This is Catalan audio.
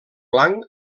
blanc